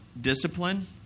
discipline